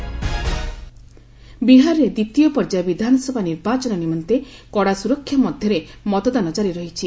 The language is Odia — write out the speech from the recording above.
ବିହାର ଇଲେକ୍ସନ୍ ବିହାରରେ ଦ୍ୱିତୀୟ ପର୍ଯ୍ୟାୟ ବିଧାନସଭା ନିର୍ବାଚନ ନିମନ୍ତେ କଡ଼ା ସୁରକ୍ଷା ମଧ୍ୟରେ ମତଦାନ କାରି ରହିଛି